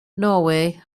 norway